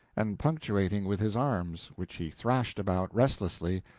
and punctuating with his arms, which he thrashed about, restlessly,